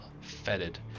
fetid